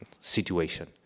situation